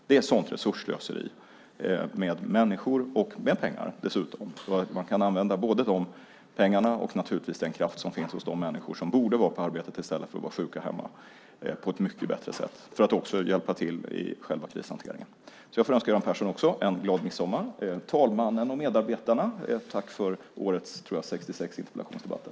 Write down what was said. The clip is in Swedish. Det är ett sådant resursslöseri med människor och dessutom med pengar. Man kan använda både pengarna och naturligtvis den kraft som finns hos de människor som borde vara på arbetet i stället för att vara sjuka hemma på ett mycket bättre sätt för att hjälpa till i själva krishanteringen. Jag önskar Göran Persson, talmannen och medarbetarna en glad midsommar och tackar för årets 66 interpellationsdebatter!